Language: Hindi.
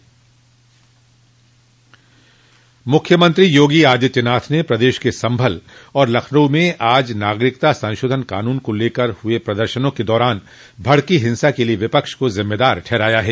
मुख्यमंत्री योगी आदित्यनाथ ने प्रदेश के संभल और लखनऊ में आज नागरिकता संशोधन कानून को लेकर हुए प्रदर्शनों के दौरान भड़की हिंसा के लिये विपक्ष को जिम्मेदार ठहराया है